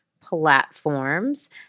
platforms